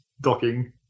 docking